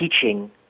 teaching